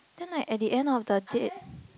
then like at the end of the